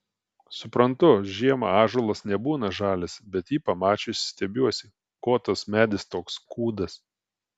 suprantu žiemą ąžuolas nebūna žalias bet jį pamačiusi stebiuosi ko tas medis toks kūdas